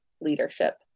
leadership